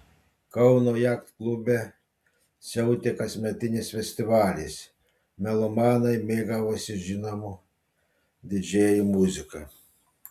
kauno jachtklube siautė kasmetinis festivalis melomanai mėgavosi žinomų didžėjų muzika